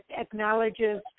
acknowledges